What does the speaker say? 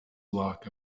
block